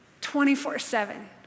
24-7